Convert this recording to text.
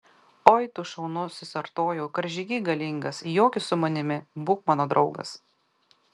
oi tu šaunusis artojau karžygy galingas joki su manimi būk mano draugas